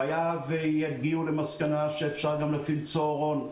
היה ויגיעו למסקנה שאפשר גם להפעיל צהרון,